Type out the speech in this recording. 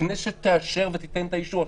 הכנסת תיתן את האישור.